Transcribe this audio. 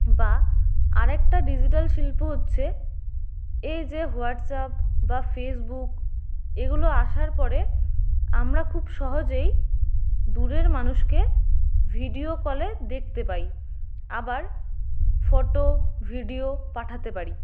বা আরেকটা ডিজিটাল শিল্প হচ্ছে এই যে হোয়াটসআপ বা ফেসবুক এগুলো আসার পরে আমরা খুব সহজেই দূরের মানুষকে ভিডিও কলে দেখতে পাই আবার ফটো ভিডিও পাঠাতে পারি